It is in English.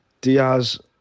Diaz